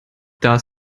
does